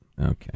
Okay